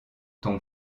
ton